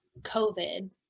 covid